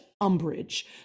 umbrage